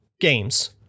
games